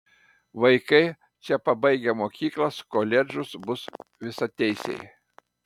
vaikai čia pabaigę mokyklas koledžus bus visateisiai